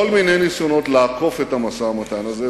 יש כל מיני ניסיונות לעקוף את המשא-ומתן הזה,